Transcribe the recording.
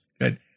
Good